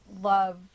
love